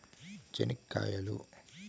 చెనిక్కాయలు